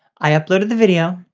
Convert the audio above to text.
i uploaded the video,